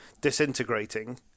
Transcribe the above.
disintegrating